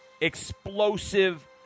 explosive